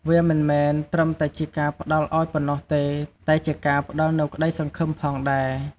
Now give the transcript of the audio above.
វាមិនមែនត្រឹមតែជាការផ្ដល់ឱ្យប៉ុណ្ណោះទេ តែជាការផ្ដល់នូវក្តីសង្ឃឹមផងដែរ។